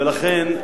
ולכן,